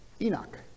Enoch